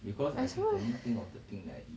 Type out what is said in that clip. as long as